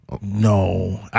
No